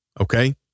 okay